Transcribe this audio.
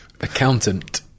accountant